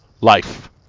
life